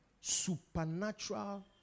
supernatural